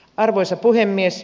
arvoisa puhemies